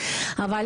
אבל